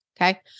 Okay